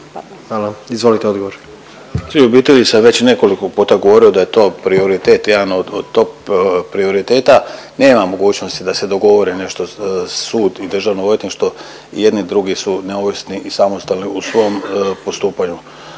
Hvala. Izvolite odgovor. **Turudić, Ivan** O obitelji sam već nekoliko puta govorio da je to prioritet jedan od top prioriteta. Nema mogućnosti da se dogovore nešto sud i državno odvjetništvo i jedni i drugi su neovisni i samostalni u svom postupanju.